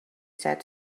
said